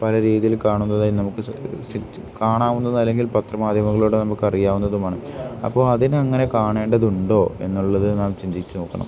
പല രീതിയിൽ കാണുന്നതായി നമുക്ക് ഈ കാണാവുന്നത് അല്ലെങ്കിൽ പത്രമാധ്യമങ്ങളിലൂടെ നമുക്ക് അറിയാവുന്നതുമാണ് അപ്പോൾ അതിന് അങ്ങനെ കാണേണ്ടതുണ്ടോ എന്നുള്ളത് നാം ചിന്തിച്ചു നോക്കണം